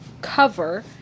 cover